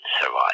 survive